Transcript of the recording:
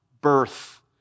birth